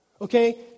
okay